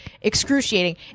excruciating